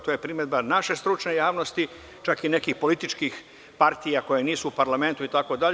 To je primedba naše stručne javnosti, čak i nekih političkih partija koje nisu u parlamentu itd.